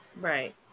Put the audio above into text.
Right